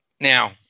Now